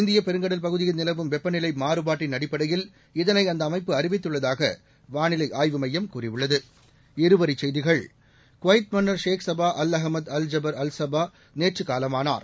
இந்தியப் பெருங்கடல் பகுதியில் நிலவும் வெப்பநிலை மாறுபாட்டின் அடிப்படையில் இதனை அந்த அமைப்பு அறிவித்துள்ளதாக வானிலை ஆய்வு மையம் கூறியுள்ளது குவைத் மன்னர் Sheikh Sabah al Ahmad al Jaber al Sabah நேற்று காலமானார்